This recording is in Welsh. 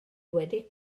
wedi